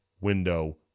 window